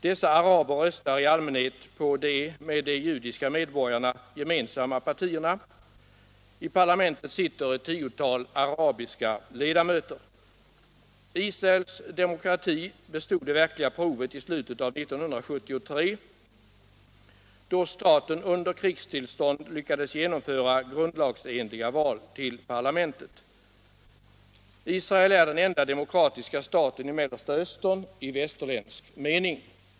Dessa araber röstar i allmänhet på de med de judiska medborgarna gemensamma partierna. I parlamentet sitter ett tiotal arabiska ledamöter. Israels demokrati bestod det verkliga provet i slutet av 1973, då staten under krigstillstånd lyckades genomföra grundlagsenliga val till parlamentet. Israel är den enda demokratiska staten i Mellersta Östern i västerländsk mening.